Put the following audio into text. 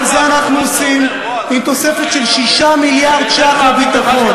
כל זה אנחנו עושים עם תוספת של 6 מיליארד ש"ח לביטחון.